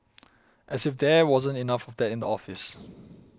as if there wasn't enough of that in the office